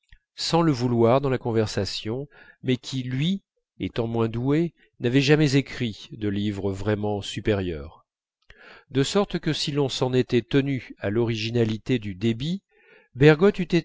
sans le vouloir dans la conversation mais qui lui étant moins doué n'avait jamais écrit de livres vraiment supérieurs de sorte que si l'on s'en était tenu à l'originalité du débit bergotte